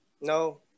No